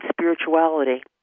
spirituality